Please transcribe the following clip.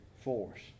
force